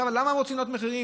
למה הם רוצים להעלות מחירים?